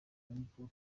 ariko